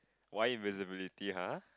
why invisibility !huh!